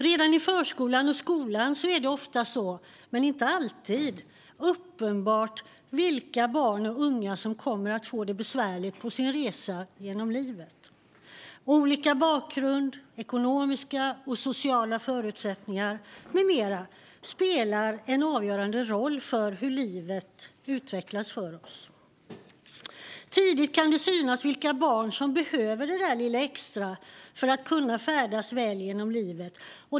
Redan i förskolan och skolan är det ofta, men inte alltid, uppenbart vilka barn och unga som kommer att få det besvärligt på sin resa genom livet. Olika bakgrund, ekonomiska och sociala förutsättningar med mera spelar en avgörande roll för hur livet utvecklas för oss. Tidigt kan det synas vilka barn som behöver det där lilla extra för att kunna färdas väl genom livet.